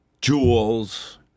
Jewels